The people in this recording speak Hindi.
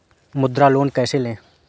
मुद्रा लोन कैसे ले?